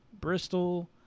bristol